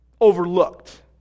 overlooked